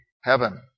heaven